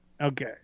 Okay